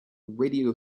radio